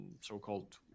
so-called